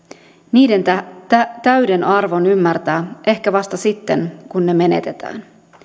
niiden täyden arvon ymmärtää ehkä vasta sitten kun ne menetetään